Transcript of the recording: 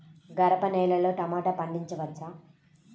గరపనేలలో టమాటా పండించవచ్చా?